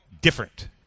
different